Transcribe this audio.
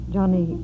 Johnny